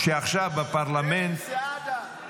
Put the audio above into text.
כן, סעדה.